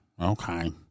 okay